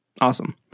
Awesome